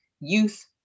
youth